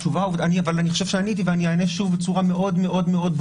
אני חושב שעניתי ואני אענה שוב בצורה מאוד מאוד מאוד ברורה.